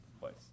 place